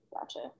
Gotcha